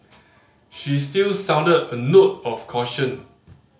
she still sounded a note of caution